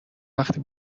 وقتی